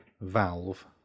Valve